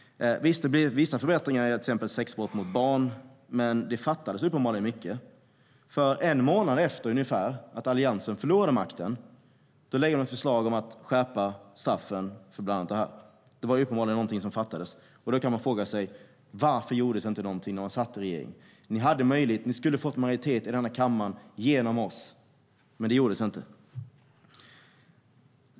Visst, det blev vissa förbättringar vad gäller exempelvis sexbrott mot barn. Men det fattades uppenbarligen mycket, för en månad efter att Alliansen förlorade makten lade de fram ett förslag om att skärpa straffen för bland annat detta. Varför gjordes inget när Alliansen satt i regeringen? Ni hade möjligheten. Ni skulle ha fått majoritet i kammaren om ni tagit hjälp av oss, men det gjorde ni inte.